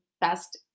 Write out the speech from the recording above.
best